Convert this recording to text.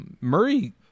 Murray